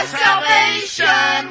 salvation